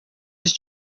his